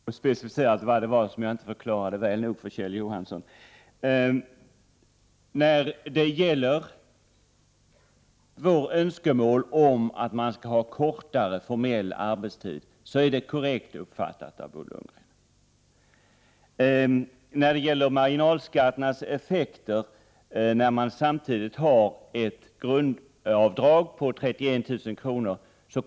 Herr talman! Jag skall mycket gärna specificera vad det var som jag inte förklarade väl nog för Kjell Johansson. Vårt önskemål om kortare formell arbetstid är korrekt uppfattat av Bo Lundgren. Marginalskatternas effekter är sådana att när man samtidigt beaktar ett brundavdrag på 31 000 kr.